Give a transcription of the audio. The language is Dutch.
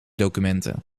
documenten